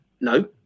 No